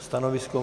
Stanovisko?